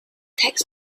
tax